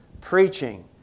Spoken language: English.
preaching